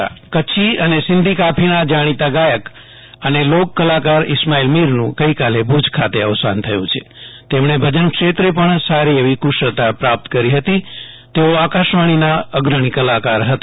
જયદિપ વૈષ્ણવ ઈસ્માઈલ મીર કચ્છી અને સિંધી કાફીના જાણીતા ગાયક અને લોક કલાકાર ઈસ્માઈલમીરનું ગઈકાલે ભુજ ખાતે અવસાન થયુ છે તેમણે ભજનક્ષેત્રે પણ સારી એવી કુશળતા પ્રાપ્ત કરી હતી તેઓ આકાશવાણીના અગ્રણી કલાકાર હતા